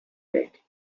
meant